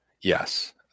Yes